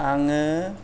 आङो